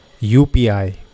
UPI